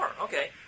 Okay